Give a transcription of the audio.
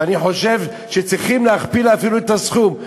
ואני חושב שצריכים להכפיל אפילו את הסכום.